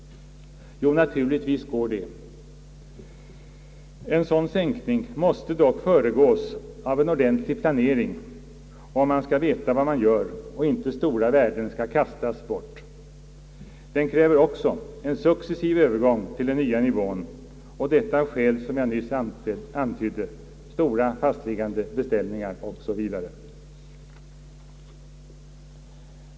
Jo, naturligtvis går det. En sådan sänkning måste dock föregås av en ordentlig planering, om man skall veta vad man gör och inte stora värden skall kastas bort. Den kräver också en successiv övergång till den nya nivån, och detta av skäl som jag nyss antydde — stora fastliggande beställningar 0. S. V.